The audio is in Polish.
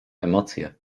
emocje